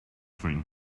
cream